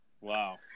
Wow